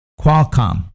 Qualcomm